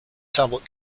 tablet